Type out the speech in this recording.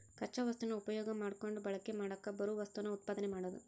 ಕಚ್ಚಾ ವಸ್ತುನ ಉಪಯೋಗಾ ಮಾಡಕೊಂಡ ಬಳಕೆ ಮಾಡಾಕ ಬರು ವಸ್ತುನ ಉತ್ಪಾದನೆ ಮಾಡುದು